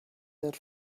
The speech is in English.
that